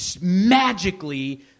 magically